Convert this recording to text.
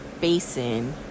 basin